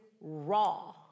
raw